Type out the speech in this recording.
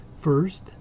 first